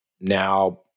now